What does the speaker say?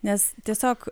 nes tiesiog